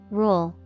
rule